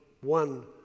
one